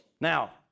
Now